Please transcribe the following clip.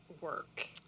work